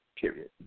period